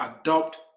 adopt